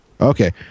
Okay